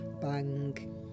bang